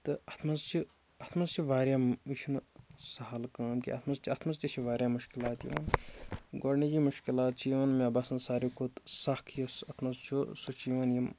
تہٕ اَتھ منٛز چھِ اَتھ منٛز چھِ واریاہ یہِ چھُنہٕ سَہَل کٲم کیٚنٛہہ اَتھ منٛز تہِ اَتھ منٛز تہِ چھِ واریاہ مُشکِلات یِوان گۄڈٕنِچی مُشکِلات چھِ یِوان مےٚ باسان ساروی کھۄتہٕ سَکھ یُس اَتھ منٛز چھُ سُہ چھُ یوان یِم